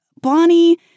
Bonnie